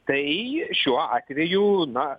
tai šiuo atveju na